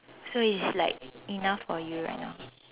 so it's like enough for you right now